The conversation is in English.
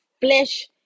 flesh